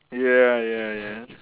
ya ya ya